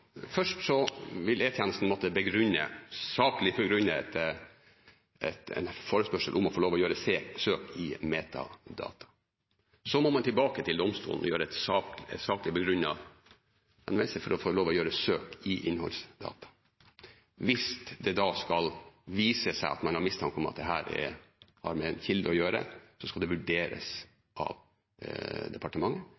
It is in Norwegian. i metadata. Så må man tilbake til domstolen med en saklig begrunnet henvendelse for å få lov til å gjøre søk i innholdsdata. Hvis det da skulle vise seg at man har mistanke om at det har med en kilde å gjøre, skal det vurderes